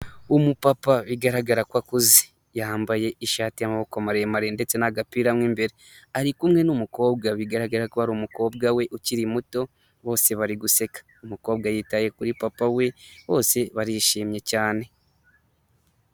Umupapa bigaragara ko akuze, yambaye ishati y'amaboko maremare ndetse n'agapira mo imbere, ari kumwe n'umukobwa bigaragara ko ari umukobwa we ukiri muto, bose bari guseka, umukobwa yitaye kuri papa we bose barishimye cyane.